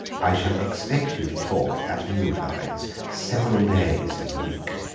i shall expect you to talk at meal-times several days in the week.